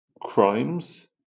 crimes